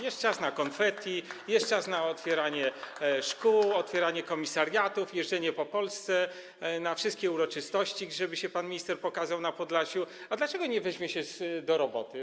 Jest czas na konfetti, jest czas na otwieranie szkół, otwieranie komisariatów, jeżdżenie po Polsce na wszystkie uroczystości, żeby się pan minister pokazał na Podlasiu, a dlaczego nie weźmie się on do roboty?